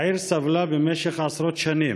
העיר סבלה במשך עשרות שנים,